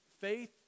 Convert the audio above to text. faith